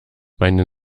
meine